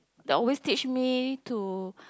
they always teach me to